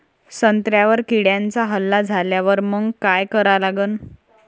संत्र्यावर किड्यांचा हल्ला झाल्यावर मंग काय करा लागन?